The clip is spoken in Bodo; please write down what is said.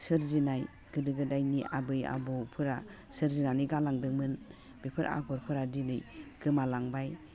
सोरजिनाय गोदो गोदायनि आबै आबौफोरा सोरजिनानै गालांदोंमोन बेफोर आग'रफोरा दिनै गोमालांबाय